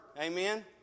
Amen